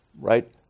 right